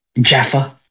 Jaffa